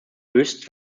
höchst